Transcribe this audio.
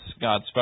God's